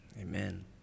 amen